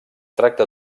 tracta